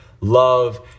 love